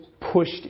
pushed